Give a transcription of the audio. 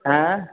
ऐं